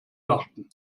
dachten